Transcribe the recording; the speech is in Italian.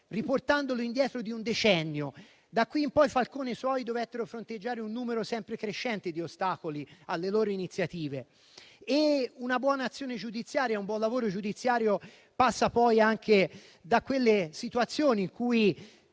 riportandolo indietro di un decennio. Da qui in poi, Falcone e i suoi dovettero fronteggiare un numero sempre crescente di ostacoli alle loro iniziative. Una buona azione giudiziaria passa anche da quelle situazioni in cui